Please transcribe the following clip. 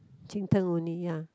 Cheng-Teng only ya